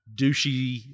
douchey